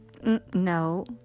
no